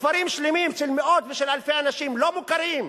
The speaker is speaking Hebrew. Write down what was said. כפרים שלמים, של מאות ושל אלפי אנשים, לא מוכרים.